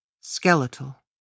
skeletal